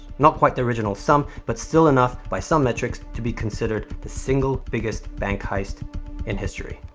not quite the original sum, but still enough, by some metrics, to be considered the single biggest bank heist in history.